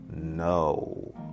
No